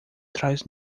traz